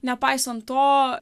nepaisant to